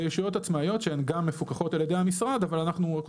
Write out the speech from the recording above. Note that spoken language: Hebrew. זה ישויות עצמאיות שהן גם מפוקחות על ידי המשרד אבל אנחנו רק